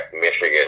Michigan